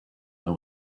know